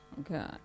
Okay